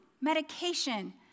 medication